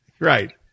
Right